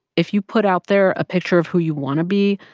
if you put out there a picture of who you want to be,